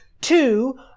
Two